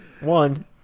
One